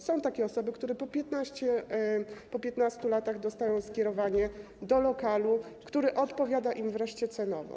Są takie osoby, które po 15 latach dostają skierowanie do lokalu, który odpowiada im wreszcie cenowo.